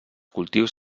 cultius